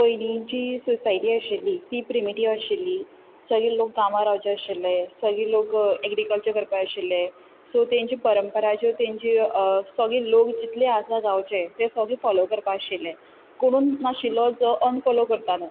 पयलींची सोसायटी आशिल्ली ती प्रिमिटीव्ह आशिल्ली सगळे लोक गांवां रावचे आशिल्ले सगळे लोक एग्रिकल्चर करपा आशिल्ले सो तेंची परंपरा ज्यो तेंची सगळे लोक जितले आसा गांवचे ते सगळे फोलो करपा आशिल्ले कोणूच नाशिल्लो जो अनफोलो करतालो